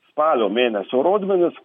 spalio mėnesio rodmenis